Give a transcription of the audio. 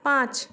পাঁচ